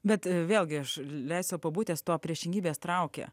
bet vėlgi aš leisiu sau pabūt ties tuo priešingybės traukia